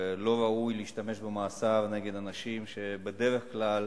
לא ראוי להשתמש במאסר נגד אנשים שבדרך כלל,